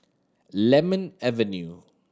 Lemon Avenue